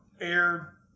air